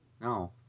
No